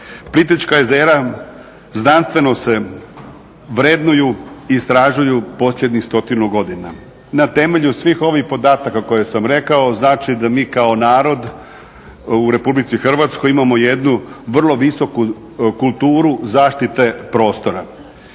Plitvička jezera znanstveno se vrednuju, istražuju početnih stotinu godina. Na temelju svih ovih podataka koje sam rekao znači da mi kao narod u Republici Hrvatskoj imamo jednu vrlo visoku kulturu zaštite prostora.